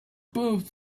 both